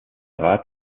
rat